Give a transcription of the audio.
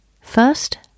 First